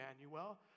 Emmanuel